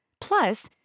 Plus